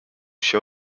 się